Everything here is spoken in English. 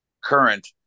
current